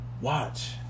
watch